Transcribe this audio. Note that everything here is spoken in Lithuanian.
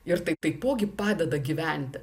ir tai taipogi padeda gyventi